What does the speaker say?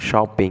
shopping